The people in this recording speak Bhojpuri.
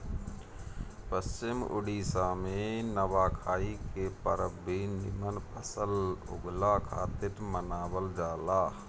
पश्चिम ओडिसा में नवाखाई के परब भी निमन फसल उगला खातिर मनावल जाला